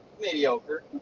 Mediocre